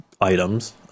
items